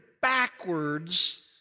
backwards